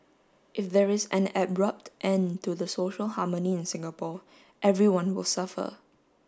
if there is an abrupt end to the social harmony in Singapore everyone will suffer